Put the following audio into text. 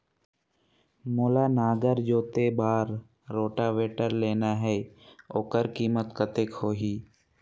मोला नागर जोते बार रोटावेटर लेना हे ओकर कीमत कतेक होही?